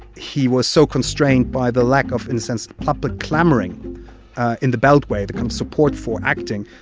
he was so constrained by the lack of, in a sense, public clamoring in the beltway, the kind of support for acting,